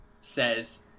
says